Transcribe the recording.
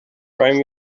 prime